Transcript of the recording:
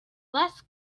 less